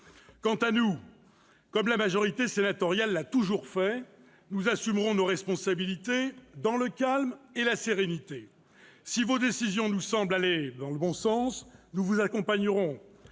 Quant à nous, comme la majorité sénatoriale l'a toujours fait, nous assumerons nos responsabilités, dans le calme et la sérénité. Si vos décisions nous semblent aller dans le bon sens, nous vous accompagnerons